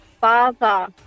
father